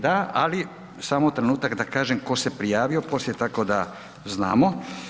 Da, ali samo trenutak, da kažem tko se prijavio, poslije tako da znamo.